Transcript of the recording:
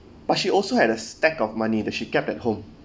but she also had a stack of money that she kept at home